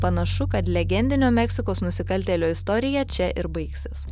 panašu kad legendinio meksikos nusikaltėlio istorija čia ir baigsis